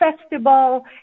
festival